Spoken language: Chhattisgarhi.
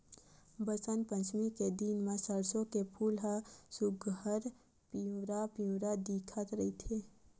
बसंत पचमी के दिन म सरसो के फूल ह सुग्घर पिवरा पिवरा दिखत रहिथे